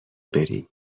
بریم